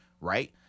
Right